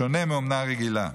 בשונה מאומנה רגילה,